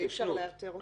שאי אפשר לאתר אותו.